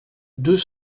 deux